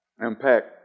Impact